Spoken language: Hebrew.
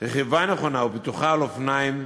רכיבה נכונה ובטוחה על אופניים,